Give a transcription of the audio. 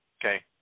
Okay